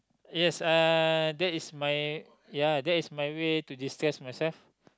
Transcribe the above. yes uh that is my ya that is my way to destress myself